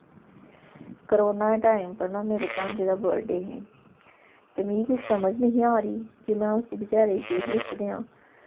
corona दे time पर न मेरी भांजी दा बर्डे ही ते मिगी कोई समझ नेईं ही आ दी में उसी बेचारी गी केह् गिफ्ट देआं